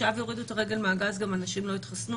עכשיו יורידו את הרגל מהגז, גם אנשים לא יתחסנו